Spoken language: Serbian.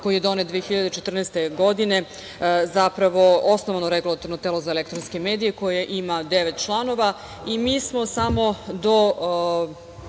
koji je donet 2014. godine osnovano Regulatorno telo za elektronske medije koje ima devet članova. Mi smo od